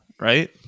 right